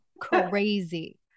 crazy